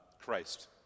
Christ